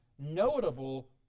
notable